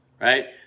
right